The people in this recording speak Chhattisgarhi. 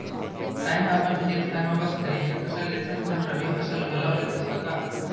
तैंहा अपन खेत खार म बस खरीफ के फसल लेथस धन रबि फसल घलौ लेथस कका?